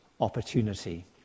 opportunity